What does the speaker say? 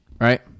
right